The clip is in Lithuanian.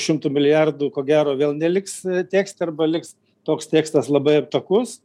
šimtų milijardų ko gero vėl neliks tekste arba liks toks tekstas labai aptakus